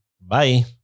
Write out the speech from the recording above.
Bye